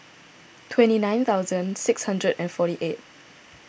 twenty nine thousand six hundred and forty eight